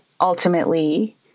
ultimately